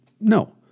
No